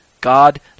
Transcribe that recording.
God